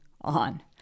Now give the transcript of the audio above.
on